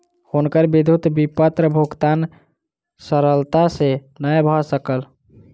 हुनकर विद्युत विपत्र भुगतान सरलता सॅ नै भ सकल